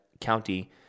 county